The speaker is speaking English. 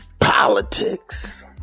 politics